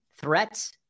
threats